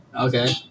Okay